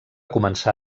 començar